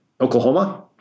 Oklahoma